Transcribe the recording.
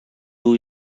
two